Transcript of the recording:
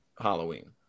Halloween